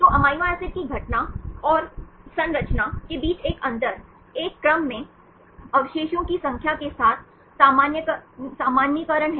तो amino acid की घटना और संरचना के बीच एक अंतर एक क्रम में अवशेषों की संख्या के साथ सामान्यीकरण है